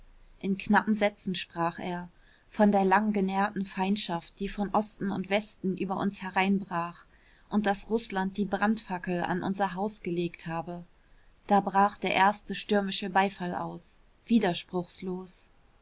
in knappen sätzen sprach er von der langgenährten feindschaft die von osten und westen über uns hereinbrach und daß rußland die brandfackel an unser haus gelegt habe da brach der erste stürmische beifall aus widerspruchslos